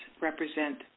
represent